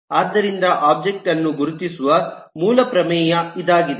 ಆದ್ದರಿಂದ ಒಬ್ಜೆಕ್ಟ್ ಅನ್ನು ಗುರುತಿಸುವ ಮೂಲ ಪ್ರಮೇಯ ಇದಾಗಿದೆ